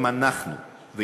אם אנחנו נבוא,